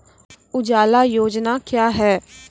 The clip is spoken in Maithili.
उजाला योजना क्या हैं?